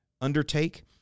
undertake